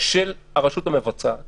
של הרשות המבצעת